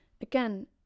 again